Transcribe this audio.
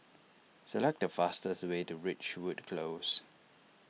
select the fastest way to Ridgewood Close